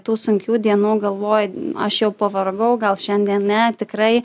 tų sunkių dienų galvoji aš jau pavargau gal šiandien ne tikrai